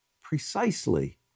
Precisely